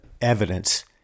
evidence